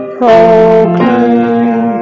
proclaim